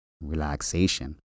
relaxation